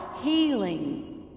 healing